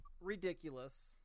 Ridiculous